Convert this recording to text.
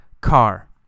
car